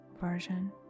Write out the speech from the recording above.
version